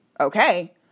okay